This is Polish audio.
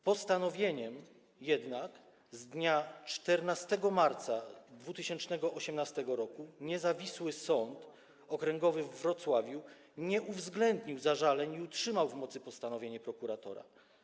Postanowieniem jednak z dnia 14 marca 2018 r. niezawisły Sąd Okręgowy we Wrocławiu nie uwzględnił zażaleń i utrzymał w mocy postanowienie prokuratora.